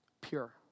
Pure